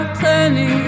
plenty